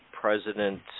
President